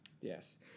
Yes